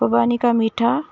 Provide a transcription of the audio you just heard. خوبانی کا میٹھا